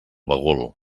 bagul